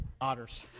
otters